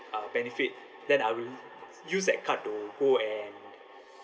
uh benefit then I will use that card to go and